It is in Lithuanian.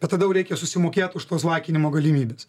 bet tada jau reikia susimokėt už tuos laikinimo galimybes